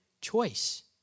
choice